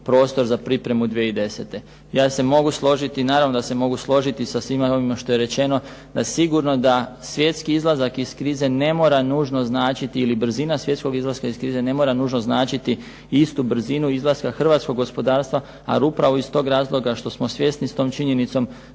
prostor za pripremu 2010. Ja se mogu složiti, naravno da se mogu složiti sa svime ovime što je rečeno da sigurno da svjetski izlazak iz krize ne mora nužno značiti ili brzina svjetskog izlaska iz krize ne mora nužno značiti istu brzinu izlaska hrvatskog gospodarstva, ali upravo iz tog razloga što smo svjesni s tom činjenicom,